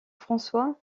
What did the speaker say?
françois